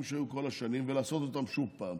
שהיו כל השנים ולעשות אותם שוב פעם.